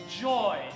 joy